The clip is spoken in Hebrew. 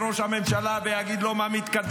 זה לקרוא לראשי ערים --- אני מסכימה איתך רק בקשר